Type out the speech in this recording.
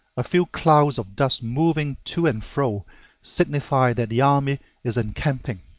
a few clouds of dust moving to and fro signify that the army is encamping.